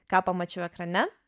ką pamačiau ekrane